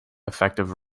effective